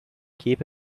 keep